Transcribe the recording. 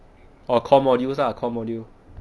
orh core modules ah core modules